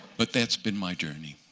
but that's been my journey,